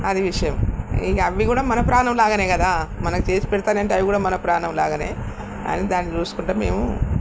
అది విషయం ఇగ అవి కూడా మన ప్రాణులాగానే కదా మనకి చేసిపెడతానంటే అవి కూడా మన ప్రాణం లాగానే అని దాన్ని చూసుకుంటూ మేము